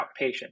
outpatient